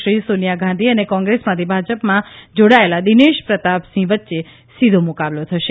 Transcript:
શ્રી સોનિયા ગાંધી અને કોંગ્રેસમાંથી ભાજપમાં જોડાયેલા દિનેશ પ્રતાપસિંહ વચ્ચે સીધો મુકાબલો થશે